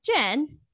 Jen